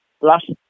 last